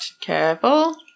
Careful